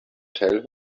tell